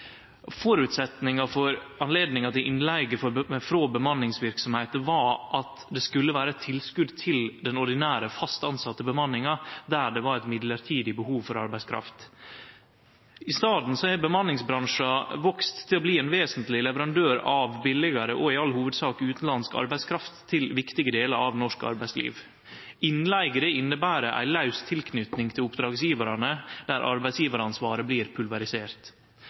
for anledninga til innleige frå bemanningsverksemder var at det skulle vere eit tilskot til den ordinære, fast tilsette bemanninga der det var eit midlertidig behov for arbeidskraft. I staden har bemanningsbransjen vakse til å bli ein vesentleg leverandør av billegare og i all hovudsak utanlandsk arbeidskraft til viktige delar av norsk arbeidsliv. Innleige inneber ei laus tilknyting til oppdragsgjevarane, der arbeidsgjevaransvaret blir pulverisert.